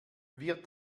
wir